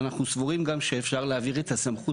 אנחנו סבורים גם שאפשר להעביר את הסמכות